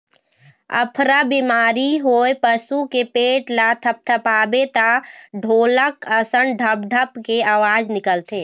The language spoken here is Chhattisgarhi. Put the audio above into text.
अफरा बेमारी होए पसू के पेट ल थपथपाबे त ढोलक असन ढप ढप के अवाज निकलथे